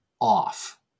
off